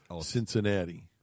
Cincinnati